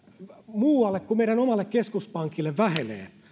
muualle kuin meidän omalle keskuspankille vähenee